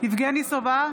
יבגני סובה,